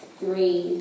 three